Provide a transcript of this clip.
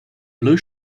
blue